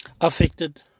Affected